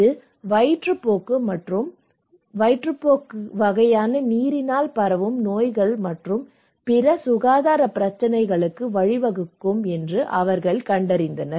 இது வயிற்றுப்போக்கு மற்றும் வயிற்றுப்போக்கு வகையான நீரினால் பரவும் நோய்கள் மற்றும் பிற சுகாதார பிரச்சினைகளுக்கு வழிவகுக்கும் என்று அவர்கள் கண்டறிந்தனர்